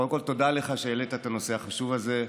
קודם כול תודה לך על שהעלית את הנושא החשוב הזה.